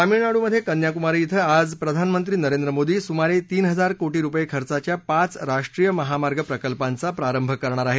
तामिळनाडूमध्ये कन्याकुमारी ावे आज प्रधानमंत्री नरेंद्र मोदी सुमारे तीन हजार कोटी रुपये खर्चाच्या पाच राष्ट्रीय महामार्ग प्रकल्पांचा प्रारंभ करणार आहेत